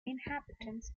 inhabitants